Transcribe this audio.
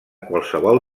qualsevol